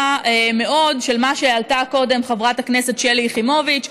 מאוד של מה שהעלתה קודם חברת הכנסת שלי יחימוביץ,